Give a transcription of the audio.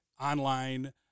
online